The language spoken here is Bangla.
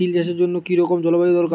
তিল চাষের জন্য কি রকম জলবায়ু দরকার?